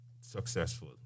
successful